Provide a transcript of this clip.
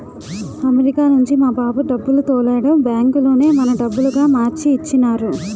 America నుంచి మా బాబు డబ్బులు తోలాడు బ్యాంకులోనే మన డబ్బులుగా మార్చి ఇచ్చినారు